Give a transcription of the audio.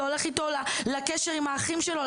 זה הולך איתו לקשר עם האחים שלו,